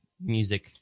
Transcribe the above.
music